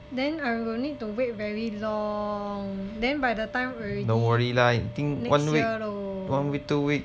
then I will need to wait very long then by the time already next year loh